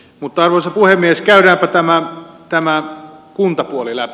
mutta arvoisa puhemies käydäänpä tämä kuntapuoli läpi